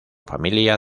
familia